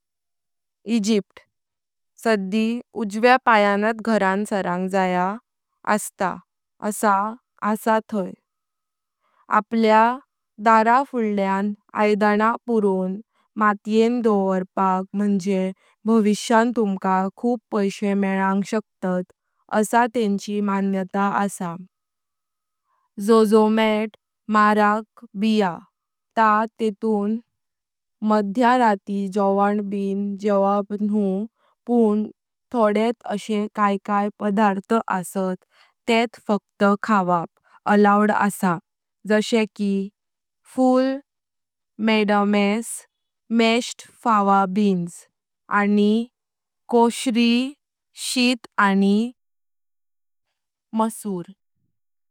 ईजिप्त। साडी उजव्य पानात घरान सारंग जाय अस्तां आसां असा थाई। आपल्या दर फुडक्यां ऐदाना पुरों माटें दवराप मुँजे बविष्यां तुमका खूप पैशे मेलोंग शकतात असा तेंची मान्यता असा। "औझोमेट मरकबिय" तां तेटुन मध्य रती जोवन ब जेवप न्हू, पण थोडे त आसे काय काय पदार्थ अस्तात तेत फक्त खाऊपाक अलाउड असा। जसें कि ful medames (mashed fava beans) आनी कोशरी (शीट आनी मसूर)।